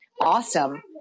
awesome